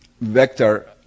vector